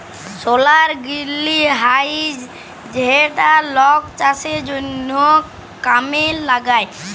সলার greenhouse যেইটা লক চাষের জনহ কামে লাগায়